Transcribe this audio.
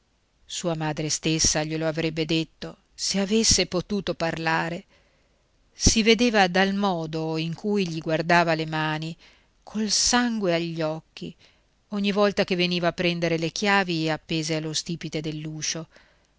sua madre stessa glielo avrebbe detto se avesse potuto parlare si vedeva dal modo in cui gli guardava le mani col sangue agli occhi ogni volta che veniva a prendere le chiavi appese allo stipite dell'uscio